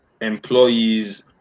employees